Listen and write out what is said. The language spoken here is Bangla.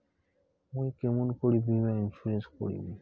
মুই কেমন করি বীমা ইন্সুরেন্স করিম?